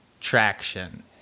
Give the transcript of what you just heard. traction